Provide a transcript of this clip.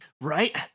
Right